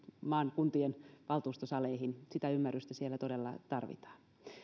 maamme kuntien valtuustosaleihin sitä ymmärrystä siellä todella tarvitaan